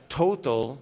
total